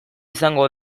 izango